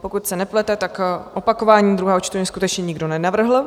Pokud se nepletu, tak opakování druhého čtení skutečně nikdo nenavrhl.